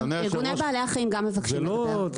ארגוני בעלי החיים גם מבקשים לדבר.